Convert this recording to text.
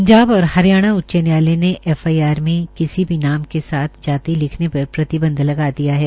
पंजाब और हरियाणा उचच न्यायालय ने एफआईआर में कोई भी नाम के साथ जाति लिखने पर प्रतिबंध लगा दिया है